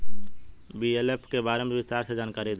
BLF के बारे में विस्तार से जानकारी दी?